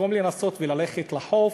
שבמקום לנסות וללכת לחוף,